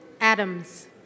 Adams